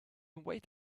wait